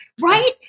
right